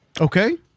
Okay